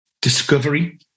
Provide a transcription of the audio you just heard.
Discovery